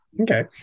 Okay